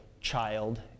child